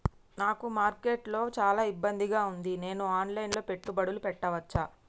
నాకు మార్కెట్స్ లో చాలా ఇబ్బందిగా ఉంది, నేను ఆన్ లైన్ లో పెట్టుబడులు పెట్టవచ్చా?